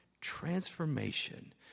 transformation